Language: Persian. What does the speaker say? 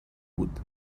بود